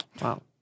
wow